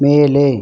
மேலே